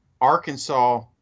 Arkansas